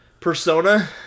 Persona